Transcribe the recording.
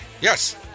Yes